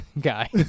guy